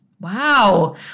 Wow